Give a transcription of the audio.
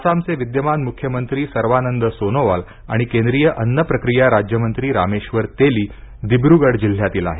आसामचे विद्यमान मुख्यमंत्री सर्वानंद सोनोवाल आणि केंद्रीय अन्न प्रक्रिया राज्यमंत्री रामेश्वर तेली दिब्रूगड जिल्ह्यातील आहेत